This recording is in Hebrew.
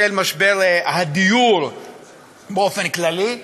של משבר הדיור באופן כללי,